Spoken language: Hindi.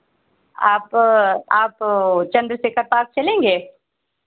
आप आप चंद्रशेखर पार्क चलेंगे